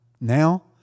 Now